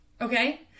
okay